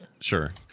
Sure